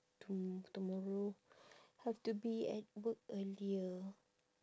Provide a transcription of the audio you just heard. to tomorrow have to be at work earlier